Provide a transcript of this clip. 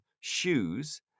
shoes